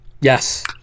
Yes